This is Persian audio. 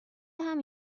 دهم